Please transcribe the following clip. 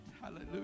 Hallelujah